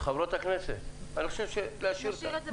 חברות הכנסת, נשאיר את זה